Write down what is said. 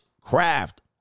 craft